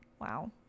wow